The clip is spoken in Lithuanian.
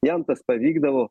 jam tas pavykdavo